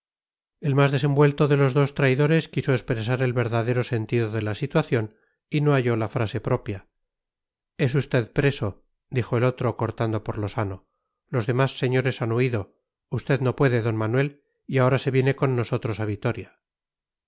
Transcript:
el más desenvuelto de los dos traidores quiso expresar el verdadero sentido de la situación y no halló la frase propia es usted preso dijo el otro cortando por lo sano los demás señores han huido usted no puede don manuel y ahora se viene con nosotros a vitoria